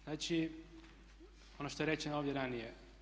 Znači, ono što je rečeno ovdje ranije.